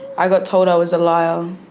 i got told i was a liar,